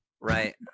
Right